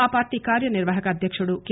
ఆ పార్టీ కార్యనిర్వాహక అధ్యకుడు కె